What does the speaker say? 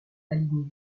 aligné